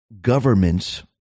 governments